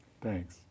Thanks